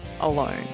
alone